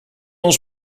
ons